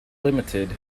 limited